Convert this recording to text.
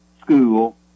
school